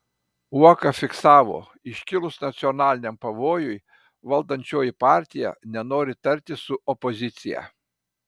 uoka fiksavo iškilus nacionaliniam pavojui valdančioji partija nenori tartis su opozicija